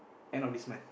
end of this month